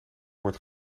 wordt